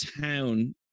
town